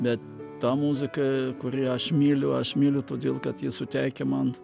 bet ta muzika kuri aš myliu aš myliu todėl kad ji suteikia man